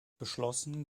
beschlossen